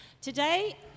today